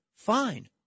Fine